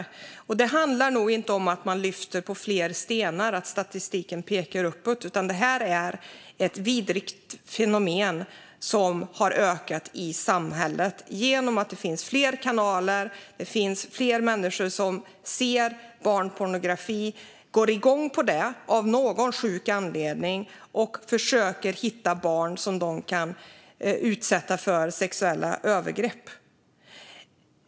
Att statistiken visar att detta ökar handlar nog inte om att man lyfter på fler stenar, utan detta är ett vidrigt fenomen som har ökat i samhället genom att det finns fler kanaler och genom att det finns fler människor som ser på barnpornografi och går igång på det av någon sjuk anledning och försöker hitta barn som de kan utsätta för sexuella övergrepp.